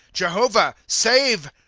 jehovah, save!